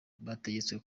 bategetswe